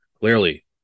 Clearly